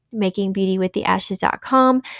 makingbeautywiththeashes.com